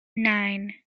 nine